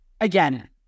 again